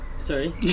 Sorry